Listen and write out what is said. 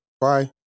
bye